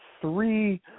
three